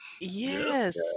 yes